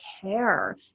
care